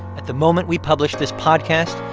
at the moment we publish this podcast,